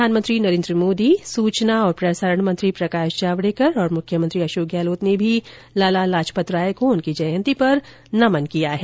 प्रधानमंत्री नरेंद्र मोदी सूचना और प्रसारण मंत्री प्रकाश जावडेकर और मुख्यमंत्री अशोक गहलोत ने भी लाला लाजपत राय को उनकी जयंती पर नमन किया है